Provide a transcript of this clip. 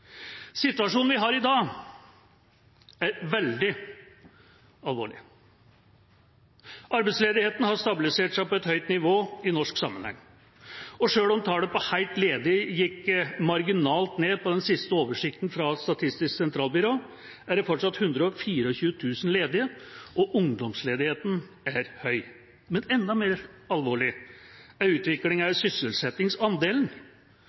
Situasjonen vi har i dag, er veldig alvorlig. Arbeidsledigheten har stabilisert seg på et høyt nivå i norsk sammenheng. Selv om tallet på helt ledige gikk marginalt ned på den siste oversikten fra Statistisk sentralbyrå, er det fortsatt 124 000 ledige, og ungdomsledigheten er høy. Men enda mer alvorlig er utviklingen i sysselsettingsandelen, som er